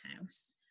House